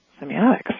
semiotics